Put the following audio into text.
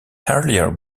earlier